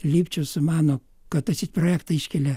lipčius mano kad atseit projektą iškelia